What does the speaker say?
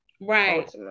Right